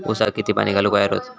ऊसाक किती पाणी घालूक व्हया रोज?